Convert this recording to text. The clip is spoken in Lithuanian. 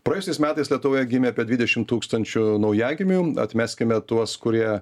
praėjusiais metais lietuvoje gimė apie dvidešim tūkstančių naujagimių atmeskime tuos kurie